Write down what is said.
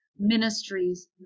ministries